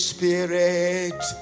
Spirit